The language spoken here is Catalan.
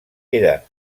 era